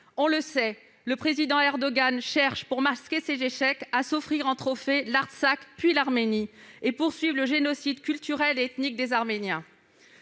On le sait : le président Erdogan cherche, pour masquer ses échecs, à s'offrir comme trophée l'Artsakh, puis l'Arménie, et à poursuivre le génocide culturel et ethnique des Arméniens.